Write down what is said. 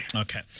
Okay